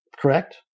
Correct